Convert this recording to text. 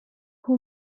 who